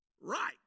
right